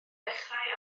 dechrau